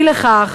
אי לכך,